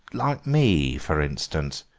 like me, for instance,